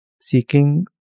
seeking